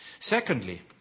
Secondly